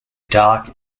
dark